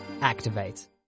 activate